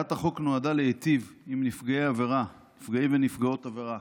הצעת החוק נועדה להיטיב עם נפגעי ונפגעות עבירה